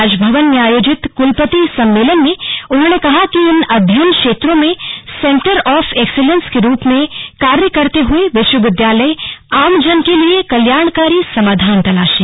राजभवन में आयोजित कुलपति सम्मेलन में उन्होंने कहा कि इन अध्ययन क्षेत्रों में सेंटर ऑफ एक्सीलेंस के रूप में कार्य करते हुए विश्वविद्यालय आमजन के लिए कल्याणकारी समाधान तलाशें